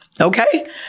Okay